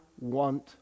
want